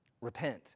Repent